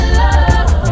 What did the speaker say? love